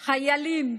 חיילים,